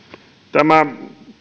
tämä